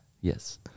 Yes